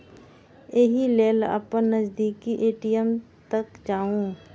एहि लेल अपन नजदीकी ए.टी.एम तक जाउ